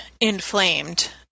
inflamed